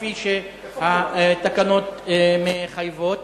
כפי שהתקנות מחייבות.